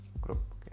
group